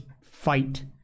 fight